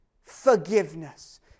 forgiveness